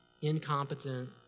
incompetent